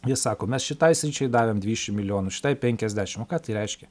jie sako mes šitai sričiai davėm dvidešim milijonų šitai penkiasdešim o ką tai reiškia